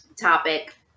topic